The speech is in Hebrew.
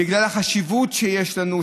בגלל החשיבות שיש לנו,